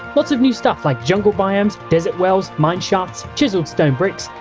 lots of new stuff like jungle biomes, desert wells, mineshafts, chiseled stone bricks,